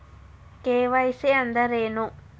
KYC ಅಂದ್ರೇನು?